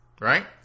right